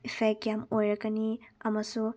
effect ꯀꯌꯥꯝ ꯑꯣꯏꯇꯛꯀꯅꯤ ꯑꯃꯁꯨꯡ